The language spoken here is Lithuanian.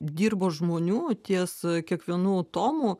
dirbo žmonių ties kiekvienu tomu